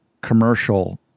commercial